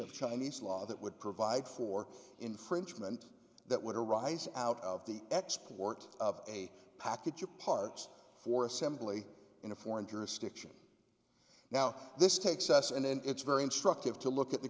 of chinese law that would provide for infringement that would arise out of the export of a package or parts for assembly in a foreign jurisdiction now this takes us in and it's very instructive to look at the